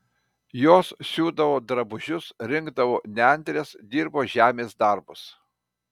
jos siūdavo drabužius rinkdavo nendres dirbo žemės darbus